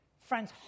Friends